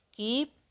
Keep